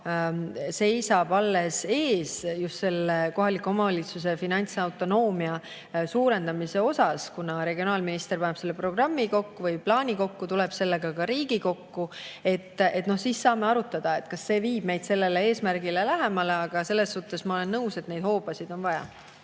ka seisab alles ees, just kohaliku omavalitsuse finantsautonoomia suurendamise üle. Regionaalminister paneb selle programmi või plaani kokku ja tuleb sellega Riigikokku. Siis saame arutada, kas see viib meid sellele eesmärgile lähemale. Aga selles suhtes ma olen nõus, et neid hoobasid on vaja.